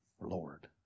Lord